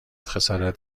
خسارت